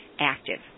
active